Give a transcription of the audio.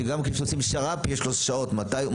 שגם כן עושים שר"פ יש לו שעות מתי הוא